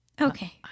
Okay